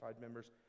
members